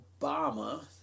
Obama